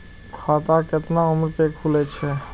खाता केतना उम्र के खुले छै?